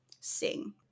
sing